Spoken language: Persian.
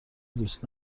دوست